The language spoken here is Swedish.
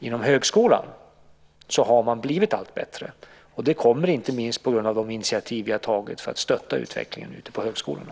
Inom högskolan har man blivit allt bättre, inte minst på grund av de initiativ som vi har tagit för att stötta utvecklingen ute på högskolorna.